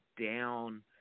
down